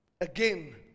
again